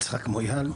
יצחק מויאל,